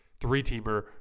Three-teamer